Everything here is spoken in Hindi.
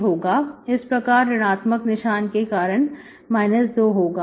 इस प्रकार ऋण आत्मक निशान के कारण 2 होगा